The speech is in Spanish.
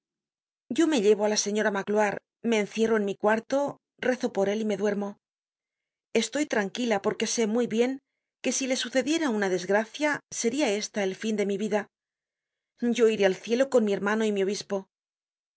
yo me llevo á la señora magloire me encierro en mi cuarto rezo por él y me duermo estoy tranquila porque sé muy bien que si le sucediera una desgracia seria esta el fin de mi vida yo iré al cielo con mi hermano y mi obispo